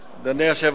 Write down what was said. אדוני היושב-ראש,